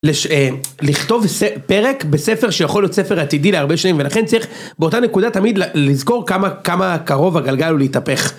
לכתוב פרק בספר שיכול להיות ספר עתידי להרבה שנים ולכן צריך באותה נקודה תמיד לזכור כמה קרוב הגלגל הוא להתהפך.